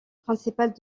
principale